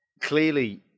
clearly